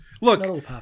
look